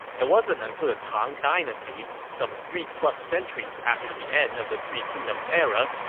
it wasn't until the tang dynasty, some three-plus centuries after the end of the three kingdoms era,